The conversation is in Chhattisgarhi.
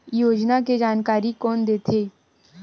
योजना के जानकारी कोन दे थे?